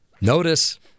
Notice